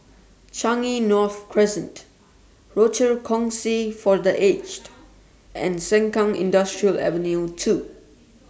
Changi North Crescent Rochor Kongsi For The Aged and Sengkang Industrial Ave two